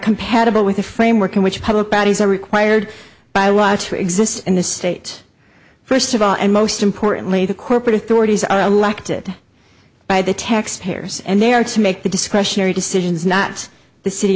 compatible with a framework in which public bodies are required by law to exist in the state first of all and most importantly the corporate authorities are elected by the taxpayers and they are to make the discretionary decisions not the city